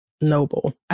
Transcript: noble